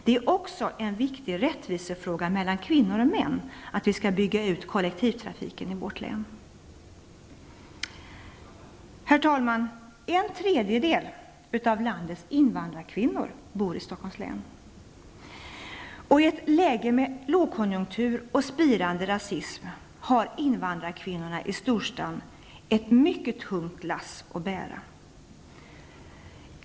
Det är också en viktig rättvisefråga mellan kvinnor och män att vi skall bygga ut kollektivtrafiken i vårt län. Herr talman! En tredjedel av landets invandrarkvinnor bor i Stockholms län. I ett läge med lågkonjunktur och spirande rasism har invandrarkvinnorna i storstaden ett mycket tungt lass att bära.